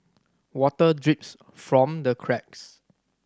water drips from the cracks